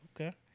okay